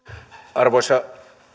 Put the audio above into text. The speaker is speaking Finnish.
arvoisa